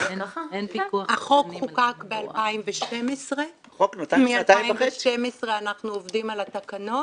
החוק חוקק ב-2012, מ-2012 אנחנו עובדים על התקנות.